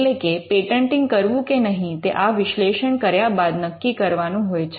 એટલે કે પેટન્ટિંગ કરવું કે નહીં તે આ વિશ્લેષણ કર્યા બાદ નક્કી કરવાનું હોય છે